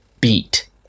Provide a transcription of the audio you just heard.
beat